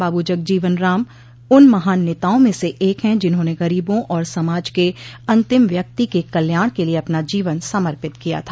बाबू जगजीवन राम उन महान नेताओं में से एक हैं जिन्होंन गरीबों और समाज के अंतिम व्यक्ति के कल्याण के लिए अपना जीवन समर्पित किया था